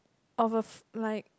of a like